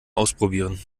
ausprobieren